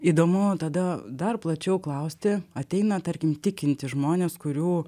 įdomu tada dar plačiau klausti ateina tarkim tikintys žmonės kurių